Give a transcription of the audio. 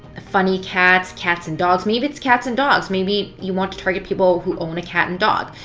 ah funny cats, cats and dogs. maybe it's cats and dogs. maybe you want to target people who own a cat and dog.